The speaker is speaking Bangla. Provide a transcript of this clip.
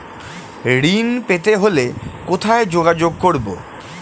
ঋণ পেতে হলে কোথায় যোগাযোগ করব?